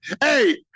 Hey